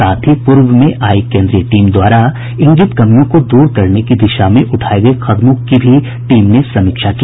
साथ ही पूर्व में आयी केन्द्रीय टीम द्वारा इंगित कमियों को दूर करने की दिशा में उठाये गये कदमों को भी टीम ने समीक्षा की